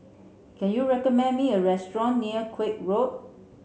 can you recommend me a restaurant near Koek Road